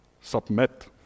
Submit